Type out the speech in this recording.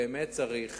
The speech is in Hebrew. באמת צריך